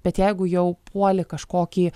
bet jeigu jau puoli kažkokį